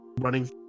running